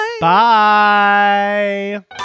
Bye